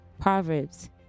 Proverbs